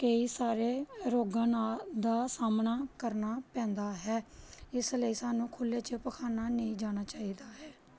ਕਈ ਸਾਰੇ ਰੋਗਾਂ ਨਾ ਦਾ ਸਾਹਮਣਾ ਕਰਨਾ ਪੈਂਦਾ ਹੈ ਇਸ ਲਈ ਸਾਨੂੰ ਖੁੱਲ੍ਹੇ 'ਚ ਪਖਾਨਾ ਨਹੀਂ ਜਾਣਾ ਚਾਹੀਦਾ ਹੈ